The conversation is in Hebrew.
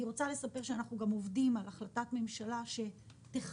אני רוצה לספר שאנחנו גם עובדים על החלטת ממשלה שתחבר